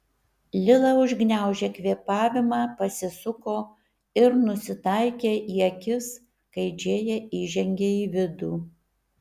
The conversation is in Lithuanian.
lila užgniaužė kvėpavimą pasisuko ir nusitaikė į akis kai džėja įžengė į vidų